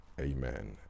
amen